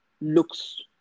looks